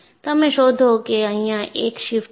તમે શોધો કે અહીંયા એક શિફ્ટ છે